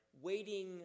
waiting